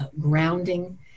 grounding